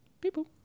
people